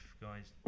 guys